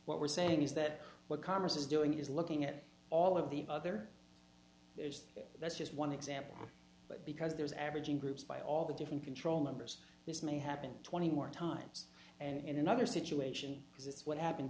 what we're saying is that what congress is doing is looking at all of the other that's just one example but because there's averaging groups by all the different control members this may happen twenty more times and in another situation because it's what happened